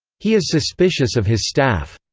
he is suspicious of his staff.